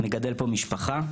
מגדל פה משפחה,